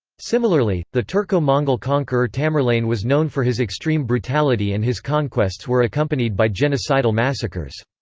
similarly, the turko-mongol conqueror tamerlane was known for his extreme brutality and his conquests were accompanied by genocidal massacres.